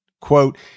quote